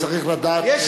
צריך לדעת,